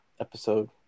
episode